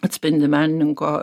atspindi menininko